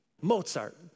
Mozart